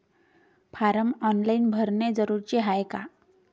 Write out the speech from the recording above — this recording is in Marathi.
फारम ऑनलाईन भरने जरुरीचे हाय का?